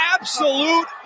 absolute